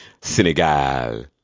Senegal